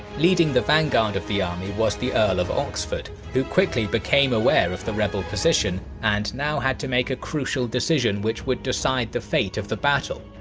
leading vanguard of the army was the earl of oxford, who quickly became aware of the rebel position and now had to make a crucial decision which would decide the fate of the battle.